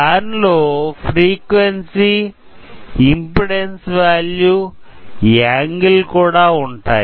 దీనిలో frequency impedance value angle కూడా ఉంటాయి